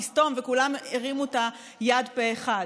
תסתום, וכולם הרימו את היד פה אחד.